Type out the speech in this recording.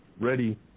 ready